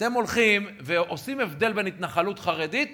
אתם הולכים ועושים הבדל בין התנחלות חרדית